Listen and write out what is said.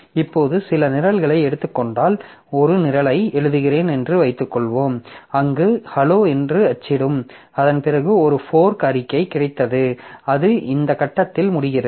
இப்போது சில நிரல்களை எடுத்துக் கொண்டால் ஒரு நிரலை எழுதுகிறேன் என்று வைத்துக்கொள்வோம் அங்கு hello என்று அச்சிடும் அதன் பிறகு ஒரு ஃபோர்க் அறிக்கை கிடைத்தது அது இந்த கட்டத்தில் முடிகிறது